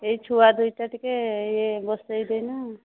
ଏଇ ଛୁଆ ଦୁଇଟା ଟିକେ ଇଏ ବସେଇ ଦେଇନ